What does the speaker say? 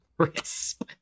Crisp